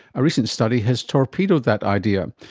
a recent study has torpedoed that idea.